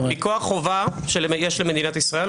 מכוח חובה שיש למדינת ישראל,